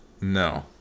No